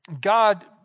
God